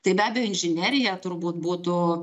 tai be abejo inžinerija turbūt būtų